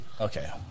Okay